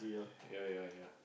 ya ya ya